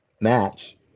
Match